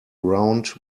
round